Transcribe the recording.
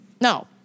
No